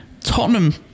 Tottenham